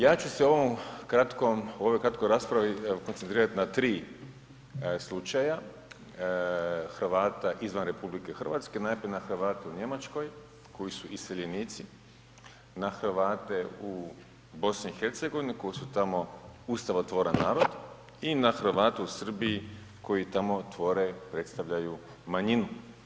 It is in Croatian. Ja ću se u ovoj kratkoj raspravi koncentrirat na 3 slučaja Hrvata izvan RH, najprije na Hrvate u Njemačkoj koji su iseljenici, na Hrvate u BiH koji su tamo ustavotvoran narod i na Hrvate u Srbiji koji tamo tvore, predstavljaju manjinu.